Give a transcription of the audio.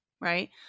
right